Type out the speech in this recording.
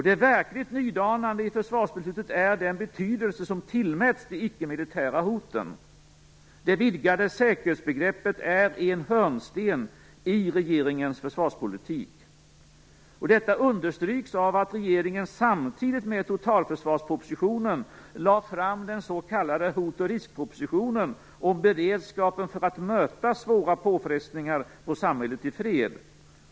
Det verkligt nydanande i försvarsbeslutet är den betydelse som tillmäts de icke-militära hoten. Det vidgade säkerhetsbegreppet är en hörnsten i regeringens försvarspolitik. Detta understryks av att regeringen samtidigt med totalförsvarspropositionen lade fram den s.k. hot-och-risk-propositionen om beredskapen att möta svåra påfrestningar på samhället i fred.